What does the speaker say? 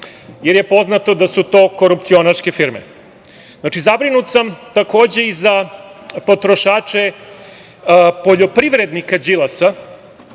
jer je poznato da su to korupcionaške firme. Znači, zabrinut sam takođe i za potrošače poljoprivrednika Đilasa,